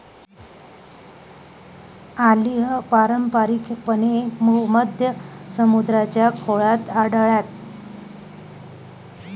olive पारंपारिकपणे भूमध्य समुद्राच्या खोऱ्यात आढळतात